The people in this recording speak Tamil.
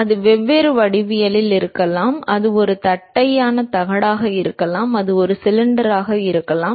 அது வெவ்வேறு வடிவியல் இருக்கலாம் அது ஒரு தட்டையான தகடாக இருக்கலாம் அது ஒரு சிலிண்டராக இருக்கலாம்